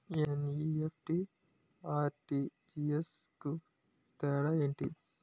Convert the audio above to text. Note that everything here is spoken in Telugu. ఎన్.ఈ.ఎఫ్.టి, ఆర్.టి.జి.ఎస్ కు తేడా ఏంటి?